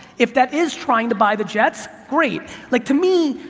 if that is trying to buy the jets, great. like to me,